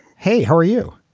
hey, how are you?